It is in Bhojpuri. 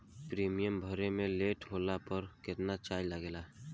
प्रीमियम भरे मे लेट होला पर केतना चार्ज लागेला?